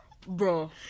Bro